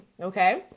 Okay